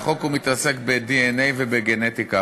והחוק מתעסק בדנ"א ובגנטיקה.